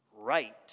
right